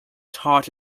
taught